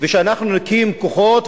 ושאנחנו נקים כוחות,